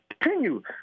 continue